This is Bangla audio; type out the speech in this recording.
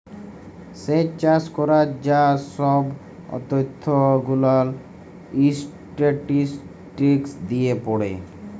স্যেচ চাষ ক্যরার যা সহব ত্যথ গুলান ইসট্যাটিসটিকস দিয়ে পড়ে